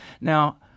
Now